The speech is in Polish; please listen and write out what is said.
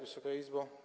Wysoka Izbo!